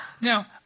Now